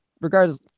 regardless